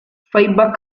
fiber